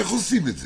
איך עושים את זה?